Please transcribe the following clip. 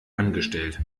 angestellt